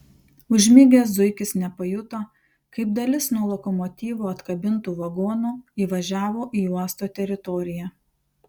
užmigęs zuikis nepajuto kaip dalis nuo lokomotyvo atkabintų vagonų įvažiavo į uosto teritoriją